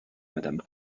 madame